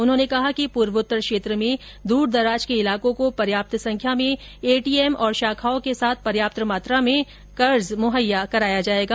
उन्होंने कहा कि पूर्वोत्तर क्षेत्र में दूर दराज के इलाकों को पर्याप्त संख्या में एटीएम और शाखाओं के साथ पर्याप्त मात्रा में कर्ज मुहैया कराया जाएगा